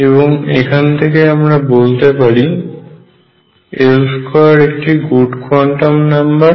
এবং এখান থেকে আমরা বলতে পারি L² একটি গুড কোয়ান্টাম নাম্বার